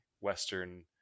Western